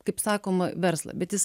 kaip sakoma verslą bet jis